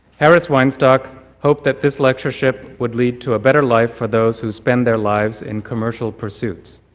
harris weinstock hoped that this lectureship would lead to a better life for those who spend their lives in commercial pursuits.